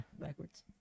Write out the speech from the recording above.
backwards